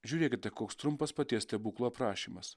žiūrėkite koks trumpas paties stebuklo aprašymas